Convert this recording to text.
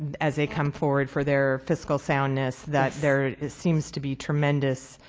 as they come forward for their fiscal soundness, that there seems to be tremendous